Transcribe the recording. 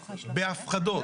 בהפחדות,